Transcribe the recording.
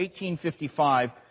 1855